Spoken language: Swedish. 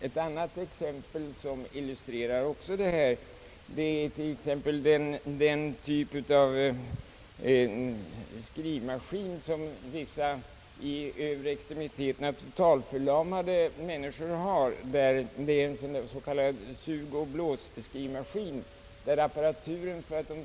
Ett annat exempel som också illustrerar detta förhållande är bidragsgivningen till den typ av skrivmaskin, som vissa i övre extremiteterna totalförlamade människor använder, nämligen en s.k. sugoch blåsskrivmaskin, som drivs med sugoch blåsrörelser.